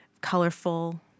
colorful